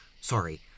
sorry